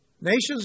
Nations